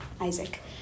Isaac